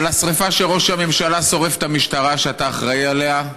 על השרפה שראש הממשלה שורף את המשטרה שאתה אחראי לה.